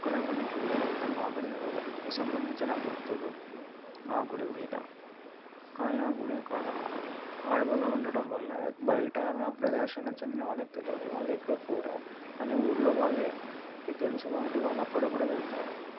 అక్కడ మనం చూడగలుగుతాం కాకతీయుల సంబంధించిన గుర్తులు ఆ గుడి మీద కానీ ఆ గుడి అక్కడ అడవిలో ఉండటం వలన బయట ప్రదేశాలకి చెందిన వాళ్ళకి తెలియదు వాళ్ళు ఎక్కడి పోరా అని ఊరులో వాళ్ళే తెలుసు కాబట్టి వాళ్ళు అప్పుడప్పుడు వెళ్తారు